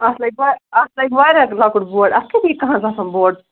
اَتھ لَگہِ وۅنۍ اَتھ لَگہِ واریاہ لۅکُٹ بورڈ اَتھ کتہِ یِیہِ کاہن ساسَن بورڈ